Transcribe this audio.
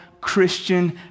Christian